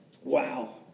Wow